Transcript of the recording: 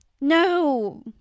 No